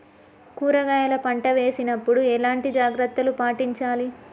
కూరగాయల పంట వేసినప్పుడు ఎలాంటి జాగ్రత్తలు పాటించాలి?